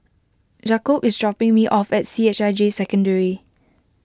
Jakobe is dropping me off at C H I J Secondary